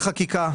החקיקה,